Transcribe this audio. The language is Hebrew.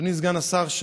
אדוני סגן השר,